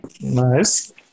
Nice